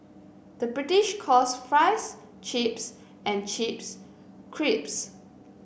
the British calls fries chips and chips crisps